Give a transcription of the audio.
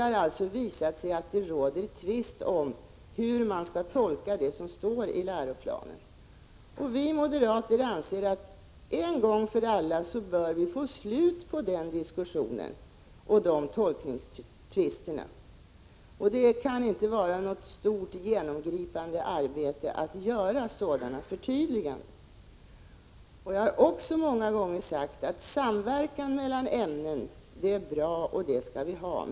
Man tvistar också om hur det som står i läroplanen skall tolkas. Vi moderater anser att det en gång för alla måste bli slut på den diskussionen och tolkningstvisterna. Det kan inte vara ett stort och genomgripande arbete att göra nödvändiga förtydliganden. Jag har många gånger sagt att samverkan mellan ämnen är bra och att det är något som vi skall ha.